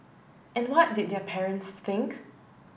and what did their parents think